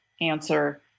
answer